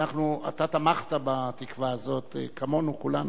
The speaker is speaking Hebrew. אתה תמכת בתקווה הזאת כמונו כולנו.